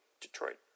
Detroit